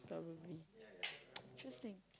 probably interesting